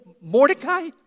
Mordecai